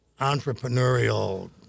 entrepreneurial